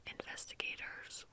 Investigators